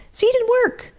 so he didn't work!